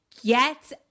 get